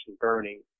burning